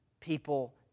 people